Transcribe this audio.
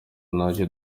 ntacyo